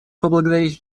поблагодарить